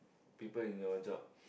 people in your job